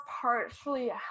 partially